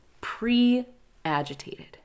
pre-agitated